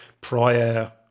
prior